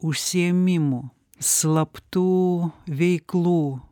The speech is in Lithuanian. užsiėmimų slaptų veiklų